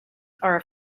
are